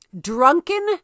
Drunken